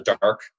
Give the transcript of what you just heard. dark